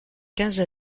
quinze